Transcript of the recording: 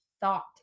Thought